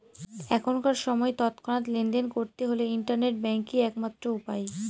এখনকার সময় তৎক্ষণাৎ লেনদেন করতে হলে ইন্টারনেট ব্যাঙ্কই এক মাত্র উপায়